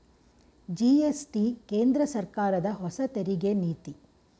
GST ಕೇಂದ್ರ ಸರ್ಕಾರದ ಹೊಸ ತೆರಿಗೆ ನೀತಿ